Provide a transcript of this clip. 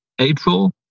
April